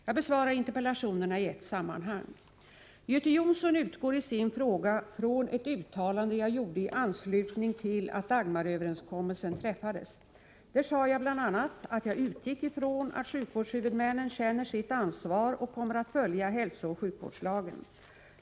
Jag besvarar interpellationerna i ett sammanhang. Göte Jonsson utgår i sin fråga från ett uttalande jag gjorde i anslutning till att Dagmaröverenskommelsen träffades. Där sade jag bl.a. att jag utgick ifrån att sjukvårdshuvudmännen känner sitt ansvar och kommer att följa hälsooch sjukvårdslagen.